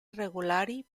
irregolari